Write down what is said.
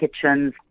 kitchens